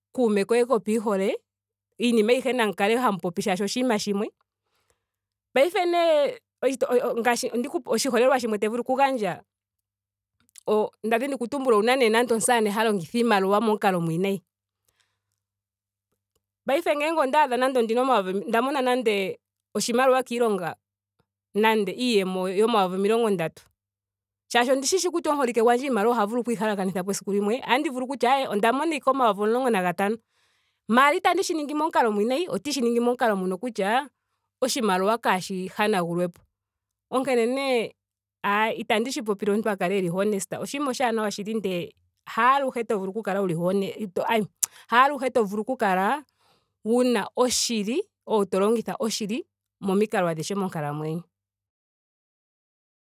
Onola. oyimwe. ombali. ondatu. one. ontano. ohamano. oheyali. ohetatu. omugoyi. omulongo. omulongo nayimwe. omulongo nambali. omulongo nandatu. omulongo nane. omulonga nantano. omulongo nahamano. omulongo naheyali. omulongo nahetatu. omulongo nomugoyi. omilongo mbali. omilongo mbali nayimwe. omilongo mbali na mbli. omilongo mbali nandatu. omilongo mbali nane. omilongo mbali nantano. omilongo mbali nahamano. omilongo mbali naheyali. omlongo mbali nahetatu. omilongo mbali nomugoyi. omilongo ndatu. omilongo ndatu nandatu. omilongo ndatu nane. omilongo ndatu nantano. omilongo ndatu nahamano. omilongo ndatu naheyali. omilongo ndatu nahetatu. omilongo ndatu nomugoyi. omilongo ne. omilongo ne nayimwe. omilongo ne nambali. omilongo ne na ndatu. omilongo ne na ne. omilongo ne nantano. omilongo ne nahamano. omilongo ne naheyali. omilongo ne nahetatu. omilongo ne nomugoyi. omilongo ndano.